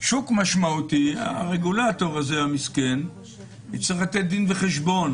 משמעותי הרגולטור המסכן הזה יצטרך לתת דין וחשבון